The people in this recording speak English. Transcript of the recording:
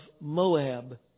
Moab